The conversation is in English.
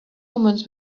omens